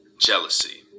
Jealousy